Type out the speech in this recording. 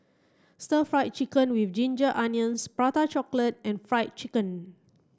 stir fried chicken with ginger onions prata chocolate and fried chicken